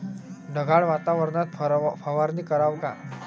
ढगाळ वातावरनात फवारनी कराव का?